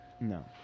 No